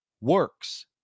works